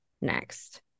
next